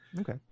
Okay